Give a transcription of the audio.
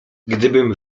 gdybym